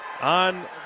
on